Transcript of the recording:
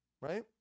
Right